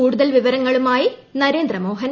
കൂടുതൽ വിവരങ്ങളൂമായി നേന്ദ്രമോഹൻ